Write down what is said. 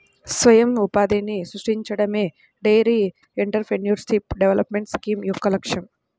స్వయం ఉపాధిని సృష్టించడమే డెయిరీ ఎంటర్ప్రెన్యూర్షిప్ డెవలప్మెంట్ స్కీమ్ యొక్క లక్ష్యం